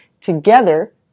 Together